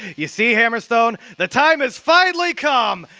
you see hammerstone, the time has finally come.